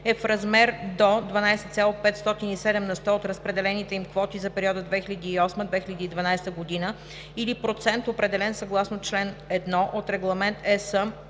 е в размер до 12,507 на сто от разпределените им квоти за периода 2008 – 2012 г. или процент, определен съгласно чл. 1 от Регламент (ЕС)